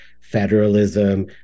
federalism